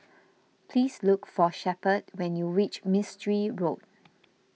please look for Shepherd when you reach Mistri Road